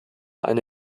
eine